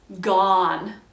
Gone